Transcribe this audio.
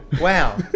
wow